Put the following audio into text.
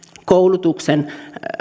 koulutuksen